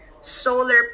solar